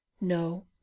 no